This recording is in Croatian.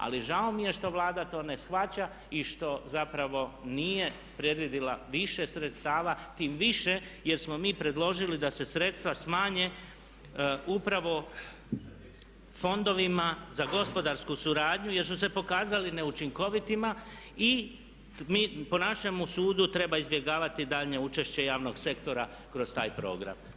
Ali žao mi je što Vlada to ne shvaća i što zapravo nije predvidjela više sredstava tim više jer smo mi predložili da se sredstva smanje upravo fondovima za gospodarsku suradnju jer su se pokazali neučinkovitima i mi po našemu sudu treba izbjegavati daljnje učešće javnog sektora kroz taj program.